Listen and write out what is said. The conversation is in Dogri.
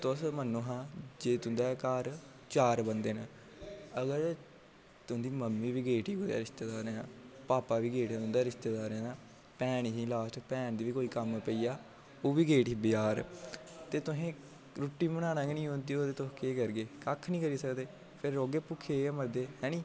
तुस मन्नो हां जे तुं'दे घर चार बंदे न अगर तुं'दी मम्मी बी गेई उठी कुदै रिश्तेदारें दे भापा बी गे उठी रिश्तेदारें दे भैन ही लॉस्ट ते भैन गी बी कोई कम्म पेइया ओह् बी गेई उठी बजार ते तुसें रुट्टी बनाना गै निं औंदी होग ते तुस केह् करगे कक्ख निं करी सकदे फिर रौह्गे भुक्खे गै मरदे ऐनी